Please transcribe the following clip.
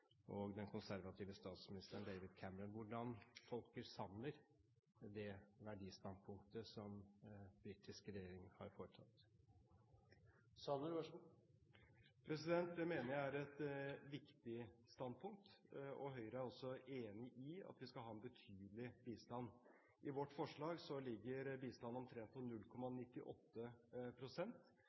fra den britiske regjeringen og den konservative statsminister David Cameron. Hvordan tolker Sanner det verdistandpunktet som den britiske regjeringen har tatt? Det mener jeg er et viktig standpunkt. Høyre er også enig i at vi skal ha en betydelig bistand. I vårt forslag ligger bistanden på omtrent 0,98